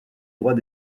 droits